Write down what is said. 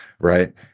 right